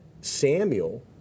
Samuel